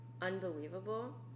unbelievable